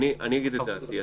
אגיד את דעתי.